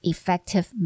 Effective